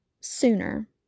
sooner